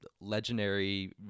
legendary